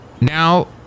Now